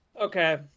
Okay